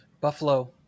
Buffalo